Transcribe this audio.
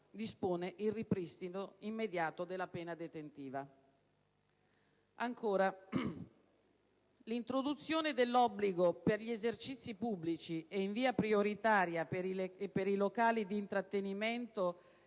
dispone il ripristino immediato della pena detentiva. Inoltre, si introduce l'obbligo per gli esercizi pubblici (e in via prioritaria per i locali di intrattenimento